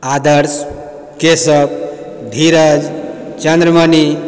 Adarsh Keshav Dheeraj Chandramani